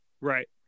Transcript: Right